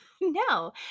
No